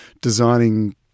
designing